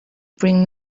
bring